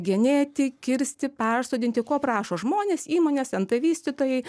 genėti kirsti persodinti ko prašo žmonės įmonės nt vystytojai